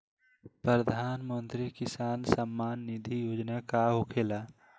प्रधानमंत्री किसान सम्मान निधि योजना का होखेला?